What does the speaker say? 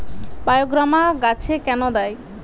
বায়োগ্রামা গাছে কেন দেয়?